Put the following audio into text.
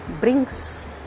brings